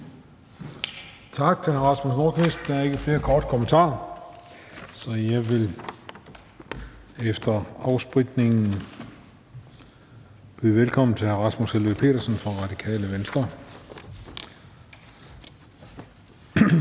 Tak til hr. Rasmus Nordqvist. Der er ikke flere korte bemærkninger. Så jeg vil efter afspritningen byde velkommen til hr. Rasmus Helveg Petersen fra Radikale Venstre.